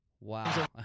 Wow